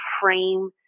frame